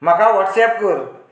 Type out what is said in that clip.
म्हाका वाॅट्सेप कर